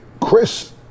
Chris